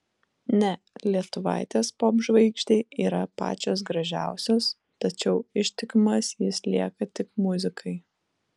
ne lietuvaitės popžvaigždei yra pačios gražiausios tačiau ištikimas jis lieka tik muzikai